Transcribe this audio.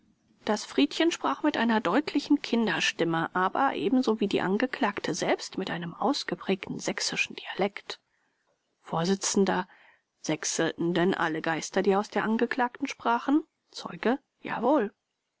das friedchen sprach mit einer deutlichen kinderstimme aber ebenso wie die angeklagte selbst mit einem ausgeprägten sächsischen dialekt vors sächselten denn alle geister die aus der angeklagten sprachen zeuge jawohl